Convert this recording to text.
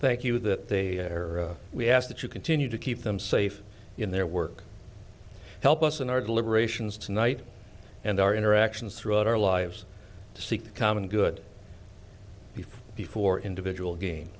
thank you that they are we ask that you continue to keep them safe in their work help us in our deliberations tonight and our interactions throughout our lives to seek common good before individual ga